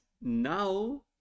now